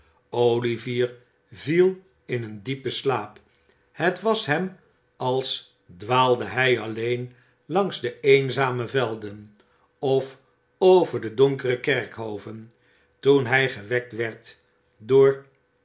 olivier viel in een diepen slaap het was hem als dwaalde hij alleen langs de eenzame velden of over de donkere kerkhoven toen hij gewekt werd door